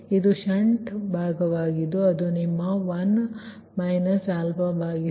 ಅದು ಷಂಟ್ ಭಾಗವಾಗಿದೆ ಅದು ನಿಮ್ಮ 1 α2ypq ಆಗಿದೆ